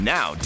Now